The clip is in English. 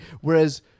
whereas